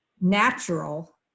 natural